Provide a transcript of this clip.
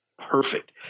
perfect